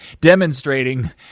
demonstrating